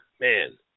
man